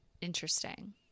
Interesting